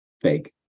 fake